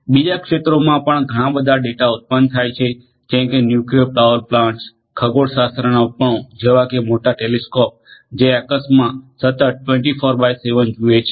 બીજા ક્ષેત્રોમાં પણ ઘણાં બધાં ડેટા ઉત્પન્ન થાય છે જેમકે ન્યુક્લિયર પાવર પ્લાન્ટ્સ ખગોળશાસ્ત્રના ઉપકરણો જેવા કે મોટા ટેલિસ્કોપ્સ જે આકાશમાં સતત 24x7 જુએ છે